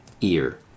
ear